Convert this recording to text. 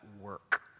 work